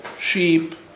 sheep